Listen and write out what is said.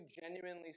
genuinely